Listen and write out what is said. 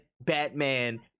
Batman